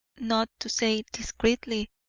not to say discreetly,